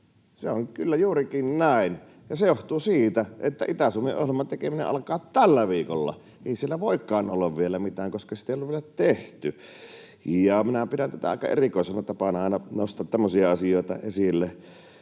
Se on kyllä juurikin näin, ja se johtuu siitä, että Itä-Suomi-ohjelman tekeminen alkaa tällä viikolla. Ei sillä voikaan olla vielä mitään, koska sitä ei ole vielä tehty. Minä pidän aika erikoisena tapana aina nostaa tämmöisiä asioita esille,